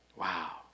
Wow